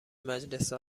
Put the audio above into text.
مجلس